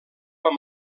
amb